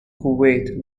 kuwait